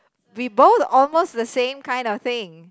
we both almost the same kind of thing